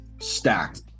stacked